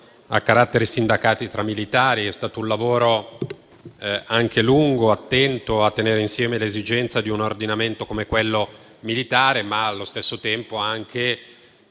Grazie,